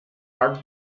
are